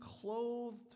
clothed